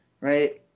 Right